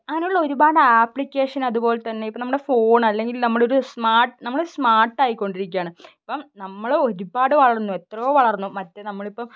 അങ്ങനുള്ള ഒരുപാട് ആപ്ലിക്കേഷൻ അതുപോലെ തന്നെ ഇപ്പം നമ്മുടെ ഫോൺ അല്ലെങ്കിൽ നമ്മൾ ഒരു സ്മാർട്ട് നമ്മൾ ഒരു സ്മാർട്ടായിക്കൊണ്ടിരിക്കുകയാണ് ഇപ്പം നമ്മൾ ഒരുപാട് വളർന്നു എത്രയോ വളർന്നു മറ്റേ നമ്മൾ ഇപ്പം